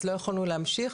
אז לא יכולנו להמשיך.